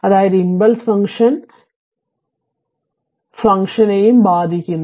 അതായത് impulse function o r ഫംഗ്ഷനെയും ബാധിക്കുന്നു